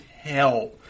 hell